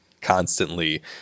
constantly